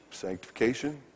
Sanctification